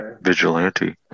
Vigilante